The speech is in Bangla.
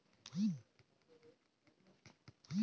বাজারে যে পণ্য দ্রব্যের চাহিদা থাকে সেটাই বিক্রি করা হয়